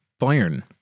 Bayern